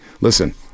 listen